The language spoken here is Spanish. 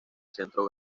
centro